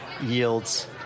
yields